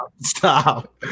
stop